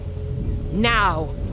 Now